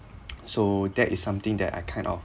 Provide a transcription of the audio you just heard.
so that is something that I kind of